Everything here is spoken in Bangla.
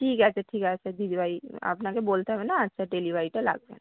ঠিক আছে ঠিক আছে দিদিভাই আপনাকে বলতে হবে না আচ্ছা ডেলিভারিটা লাগবে না